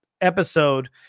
episode